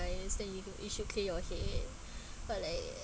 then you could you should clear your head or like